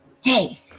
Hey